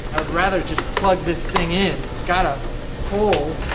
rather just plug this thing in it's got a hole